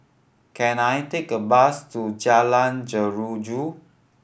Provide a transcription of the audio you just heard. can I take a bus to Jalan Jeruju